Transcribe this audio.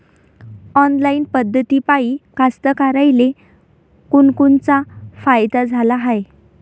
Online पद्धतीपायी कास्तकाराइले कोनकोनचा फायदा झाला हाये?